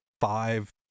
five